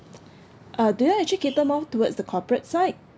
uh do you all actually cater more towards the corporate side